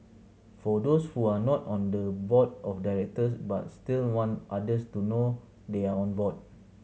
for those who are not on the board of directors but still want others to know they are on board